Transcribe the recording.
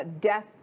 death